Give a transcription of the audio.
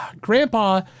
grandpa